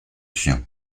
chien